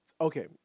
okay